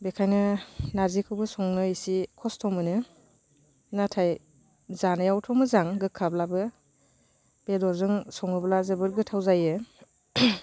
बेनिखायनो नारजिखौबो संनो एसे खस्थ' मोनो नाथाय जानायावथ' मोजां गोखाब्लाबो बेदरजों सङोब्ला जोबोद गोथाव जायो